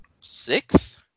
Six